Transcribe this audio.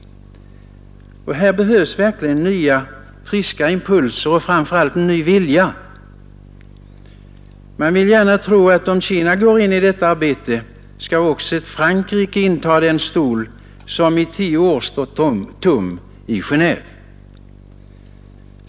Här behövs verkligen nya, friska impulser och framför allt en ny vilja. Man vill gärna tro att om Kina går in i detta arbete skall även Frankrike inta den stol som i tio år har stått tom i Genéve.